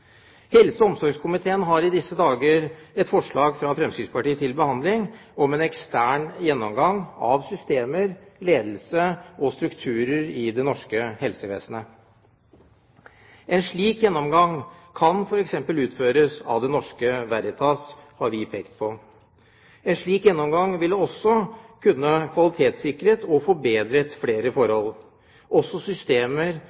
Helse- og omsorgskomiteen har i disse dager til behandling et forslag fra Fremskrittspartiet om en ekstern gjennomgang av systemer, ledelse og strukturer i det norske helsevesenet. En slik gjennomgang kan f.eks. utføres av Det Norske Veritas, har vi pekt på. En slik gjennomgang ville kvalitetssikret og forbedret flere